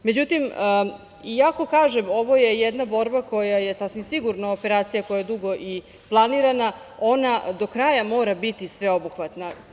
Međutim, iako kažem ovo je jedna borba koja je sasvim sigurno operacija koja je dugo planirana, ona do kraja mora biti sveobuhvatna.